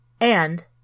And